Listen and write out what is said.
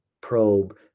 probe